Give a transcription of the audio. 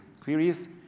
queries